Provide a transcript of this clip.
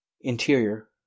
Interior